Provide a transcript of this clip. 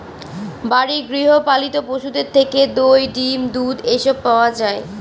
বাড়ির গৃহ পালিত পশুদের থেকে দই, ডিম, দুধ এসব পাওয়া যায়